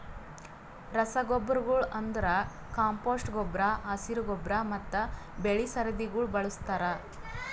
ರಸಗೊಬ್ಬರಗೊಳ್ ಅಂದುರ್ ಕಾಂಪೋಸ್ಟ್ ಗೊಬ್ಬರ, ಹಸಿರು ಗೊಬ್ಬರ ಮತ್ತ್ ಬೆಳಿ ಸರದಿಗೊಳ್ ಬಳಸ್ತಾರ್